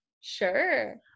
Sure